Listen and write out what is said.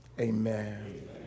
Amen